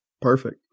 Perfect